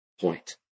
point